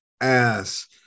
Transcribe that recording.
ass